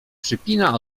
przypina